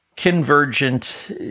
Convergent